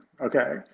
okay